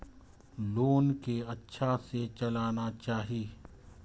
Loan के अच्छा से चलाना चाहि?